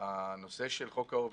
הנושא של חוק העורף,